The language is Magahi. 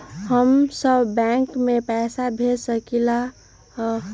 हम सब बैंक में पैसा भेज सकली ह?